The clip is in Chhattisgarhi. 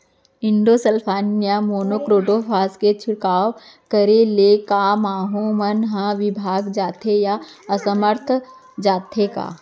इंडोसल्फान या मोनो क्रोटोफास के छिड़काव करे ले क माहो मन का विभाग जाथे या असमर्थ जाथे का?